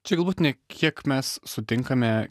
čia galbūt ne kiek mes sutinkame